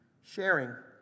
sharing